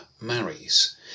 marries